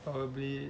probably